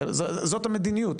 זאת המדיניות,